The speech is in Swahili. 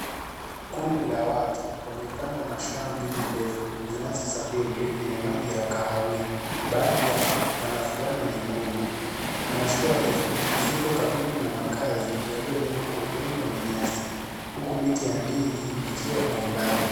Kundi la watu wamepanda mashua mbili ndefu zinazosafiri kwenye maji ya kahawia baadhi yao wana fulana nyekundu ,na shua hizo ziko karibu na makazi yaliyojengea kwa udongo na nyasi huku miti ya ndizi ikiwa kwa umbali.